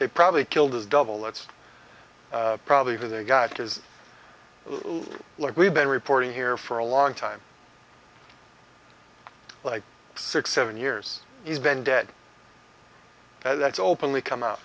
they probably killed a double that's probably who they got is like we've been reporting here for a long time like six seven years he's been dead that's openly come out